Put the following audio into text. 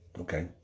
okay